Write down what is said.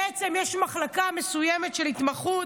בעצם יש מחלקה מסוימת של התמחות,